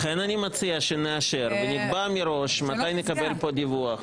לכן אני מציע שנאשר ונקבע מראש מתי נקבל פה דיווח,